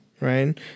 right